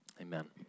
Amen